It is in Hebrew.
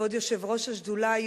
כבוד יושב-ראש השדולה,